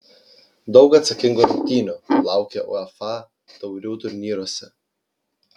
daug atsakingų rungtynių laukia uefa taurių turnyruose